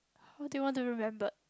how do you want to remembered